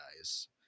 guys